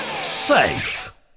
safe